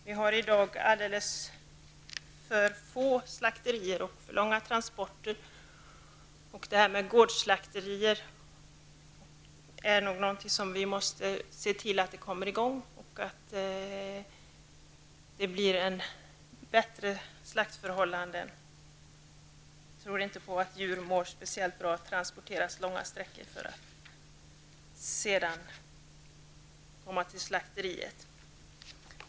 Vi har i dag alldeles för få slakterier och för långa transporter. Vi måste nog se till att få gårdsslakterier och att det blir bättre slaktförhållanden. Jag tror inte att djur mår bra av att transporteras långa sträckor för att komma till slakteriet.